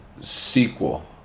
Sequel